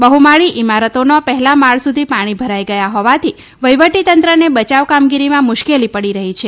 બહુમાળી ઈમારતોને પહેલા માળ સુધી પાણી ભરાઈ ગયા હોવાથી વહીવટી તંત્રને બચાવ કામગીરીમાં મુશ્કેલી પડી રહી છે